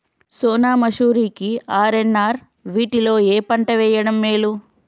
సోనా మాషురి కి ఆర్.ఎన్.ఆర్ వీటిలో ఏ పంట వెయ్యడం మేలు?